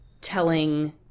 telling